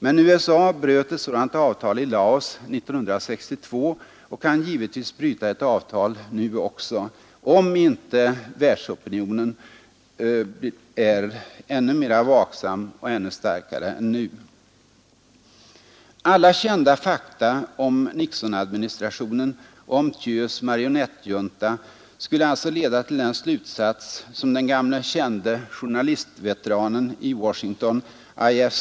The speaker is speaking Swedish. Men USA bröt ett sådant avtal i Laos 1962 och kan givetvis bryta ett avtal nu också, om inte världsopinionen är ännu vaksammare och starkare nu. Alla kända fakta om Nixonadministrationen och om Thieus marionettjunta skulle alltså leda till den slutsats som den gamle kände journalistveteranen i Washington I.F.